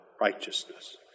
righteousness